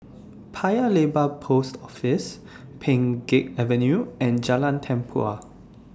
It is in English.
Paya Lebar Post Office Pheng Geck Avenue and Jalan Tempua